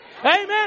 Amen